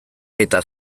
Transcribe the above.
eta